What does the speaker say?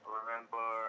remember